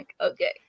okay